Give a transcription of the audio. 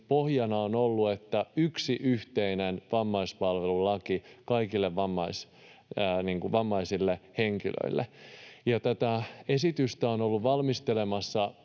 pohjana on ollut, että yksi yhteinen vammaispalvelulaki kaikille vammaisille henkilöille. Tätä esitystä ovat olleet valmistelemassa